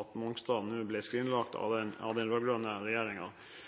at Mongstad ble skrinlagt av den